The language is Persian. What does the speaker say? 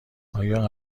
آیا